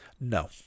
No